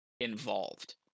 involved